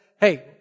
hey